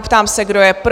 Ptám se, kdo je pro?